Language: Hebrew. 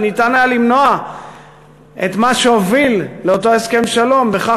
כשניתן היה למנוע את מה שהוביל לאותו הסכם שלום בכך